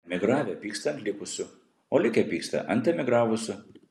emigravę pyksta ant likusių o likę pyksta ant emigravusių